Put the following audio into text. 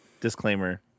Disclaimer